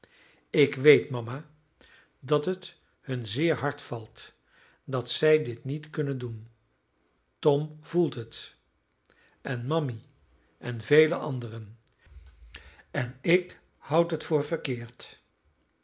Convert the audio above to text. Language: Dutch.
ik weet mama dat het hun zeer hard valt dat zij dit niet kunnen doen tom voelt het en mammy en vele anderen en ik houd het voor verkeerd